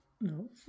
No